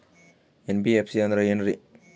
NBFC ಅಂದ್ರ ಏನ್ರೀ?